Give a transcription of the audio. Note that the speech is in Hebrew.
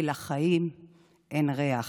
כי לחיים אין ריח".